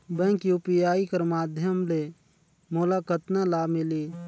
Bank UPI कर माध्यम ले मोला कतना लाभ मिली?